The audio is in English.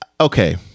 Okay